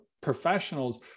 professionals